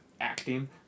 acting